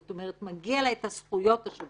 זאת אומרת מגיע לה את הזכויות השוות.